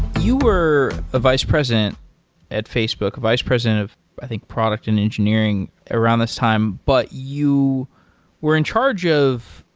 you were a vice president at facebook, vice president of i think product and engineering around this time. but you were in charge of,